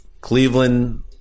Cleveland